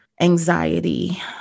anxiety